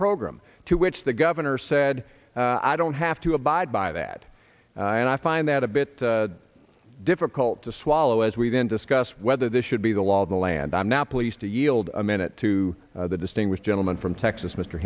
program to which the governor said i don't have to abide by that and i find that a bit difficult to swallow as we then discuss whether this should be the law of the land i'm now pleased to yield a minute to the distinguished gentleman from texas mr